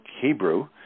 Hebrew